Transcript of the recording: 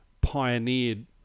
pioneered